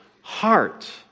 heart